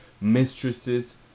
mistresses